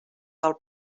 del